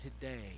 today